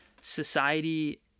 society